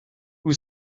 who